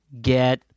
get